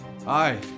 Hi